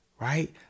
Right